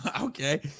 Okay